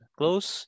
close